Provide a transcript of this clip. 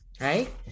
right